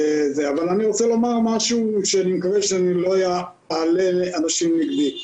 אני רוצה לומר משהו שאני מקווה שאני לא אעלה אנשים נגדי.